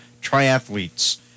triathletes